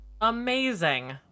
Amazing